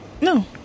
No